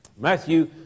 Matthew